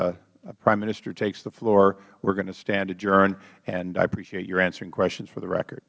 the prime minister takes the floor we are going to stand adjourned and i appreciate your answering questions for the record